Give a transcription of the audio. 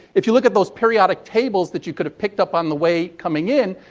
if you look at those periodic tables that you could have picked up on the way coming in,